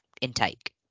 intake